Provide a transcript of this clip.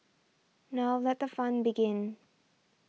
now let the fun begin